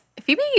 Phoebe